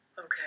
Okay